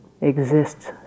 exists